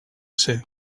tsé